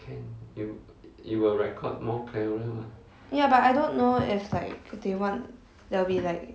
ya but I don't know if like they want there too be like